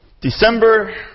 December